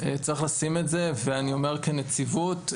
ואני אומר כנציבות.